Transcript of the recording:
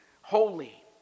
holy